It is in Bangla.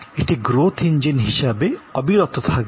এটি গ্রোথ ইঞ্জিন হিসাবে অবিরত থাকবে